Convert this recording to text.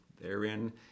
Therein